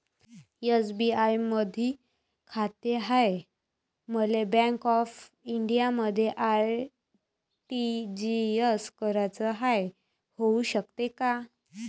SBI मधी खाते हाय, मले बँक ऑफ इंडियामध्ये आर.टी.जी.एस कराच हाय, होऊ शकते का?